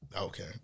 Okay